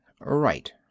Right